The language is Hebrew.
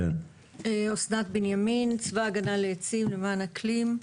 אסנת בנימין, צבא הגנה לעצים למען אקלים.